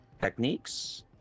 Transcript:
techniques